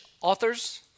authors